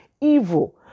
evil